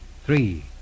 Three